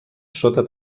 sota